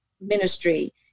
ministry